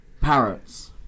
Parrots